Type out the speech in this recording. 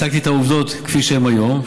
הצגתי את העובדות כפי שהן היום,